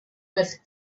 with